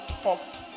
talked